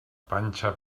panxa